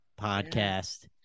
podcast